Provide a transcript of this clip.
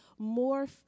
morph